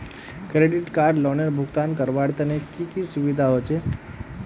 Credit card लोनेर भुगतान करवार तने की की सुविधा होचे??